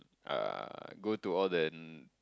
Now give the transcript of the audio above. uh go to all the